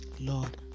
Lord